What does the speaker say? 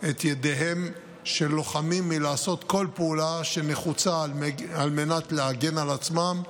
את ידיהם של לוחמים מלעשות כל פעולה שנחוצה להם על מנת להגן על עצמם,